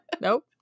Nope